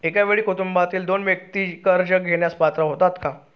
एका वेळी कुटुंबातील दोन व्यक्ती कर्ज घेण्यास पात्र होतात का?